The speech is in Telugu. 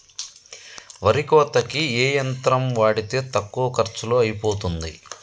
వరి కోతకి ఏ యంత్రం వాడితే తక్కువ ఖర్చులో అయిపోతుంది?